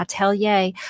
atelier